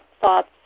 thoughts